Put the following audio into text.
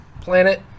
planet